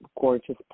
gorgeous